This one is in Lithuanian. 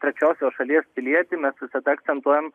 trečiosios šalies pilietį mes visada akcentuojam